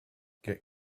get